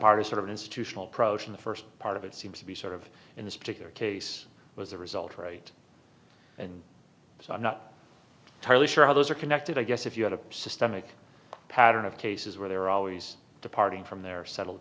part is sort of an institutional production the st part of it seems to be sort of in this particular case was the result right and so i'm not entirely sure how those are connected i guess if you had a systemic pattern of cases where they were always departing from their settled